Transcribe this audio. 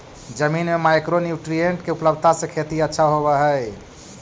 जमीन में micro nutrient के उपलब्धता से खेती अच्छा होब हई